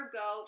go